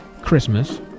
Christmas